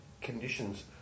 conditions